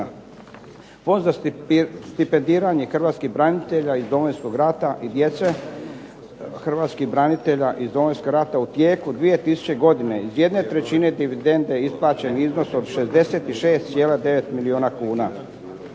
Fond za stipendiranje hrvatskih branitelja iz Domovinskog rata i djece hrvatskih branitelja iz Domovinskog rata u tijeku 2000. godine iz jedne trećine dividende je isplaćen iznos od 66,9 milijuna kuna.